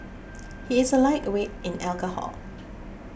he is a lightweight in alcohol